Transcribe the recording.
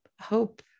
hope